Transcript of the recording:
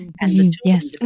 Yes